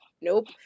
nope